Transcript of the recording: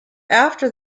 after